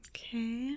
Okay